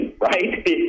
right